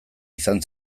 izan